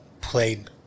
played